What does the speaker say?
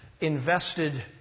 invested